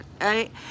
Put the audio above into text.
right